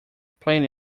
plenty